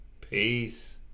Peace